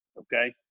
okay